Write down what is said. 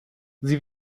sie